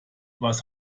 was